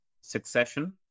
succession